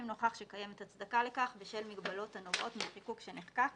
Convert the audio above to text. אם נוכח שקיימת הצדקה לכך בשל מגבלות הנובעות מחיקוק שנחקק